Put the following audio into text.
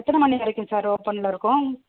எத்தனை மணி வரைக்கும் சார் ஓப்பனில் இருக்கும்